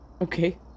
Okay